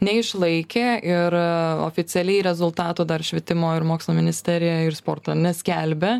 neišlaikė ir oficialiai rezultatų dar švietimo ir mokslo ministerija ir sporto neskelbė